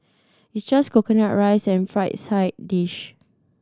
it's just coconut rice and fried side dish